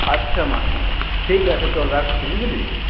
আচ্ছা মা ঠিক আছে চল রাখছি বুঝলি